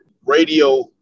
radio